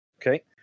Okay